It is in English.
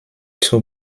two